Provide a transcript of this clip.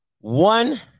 One